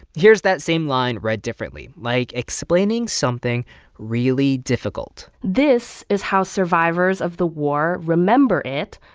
here's that same line read differently, like explaining something really difficult this is how survivors of the war remember it,